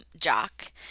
jock